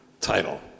title